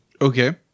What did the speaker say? Okay